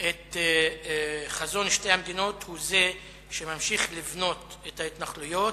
את חזון שתי המדינות הוא זה שממשיך לבנות את ההתנחלויות,